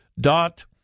Dot